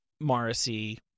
Morrissey